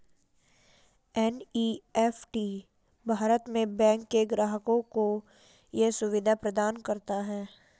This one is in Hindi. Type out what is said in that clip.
एन.ई.एफ.टी भारत में बैंक के ग्राहकों को ये सुविधा प्रदान करता है